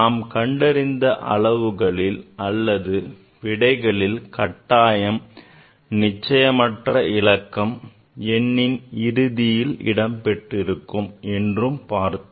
நாம் கண்டறிந்த அளவுகளில் அல்லது விடையில் கட்டாயம் நிச்சயமற்ற இலக்கம் எண்ணின் இறுதியில் இடம்பெற்றிருக்கும் என்று பார்த்தோம்